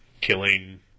killing